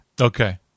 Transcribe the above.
Okay